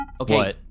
Okay